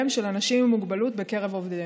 של אנשים עם מוגבלות בקרב עובדיהם.